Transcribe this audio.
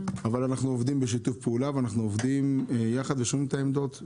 אבל אנחנו עובדים בשיתוף פעולה ואנחנו עובדים יחד ושומעים את העמדות,